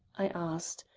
i asked,